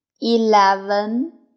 eleven